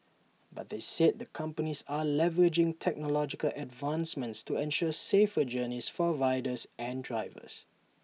but they said the companies are leveraging technological advancements to ensure safer journeys for riders and drivers